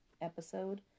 episode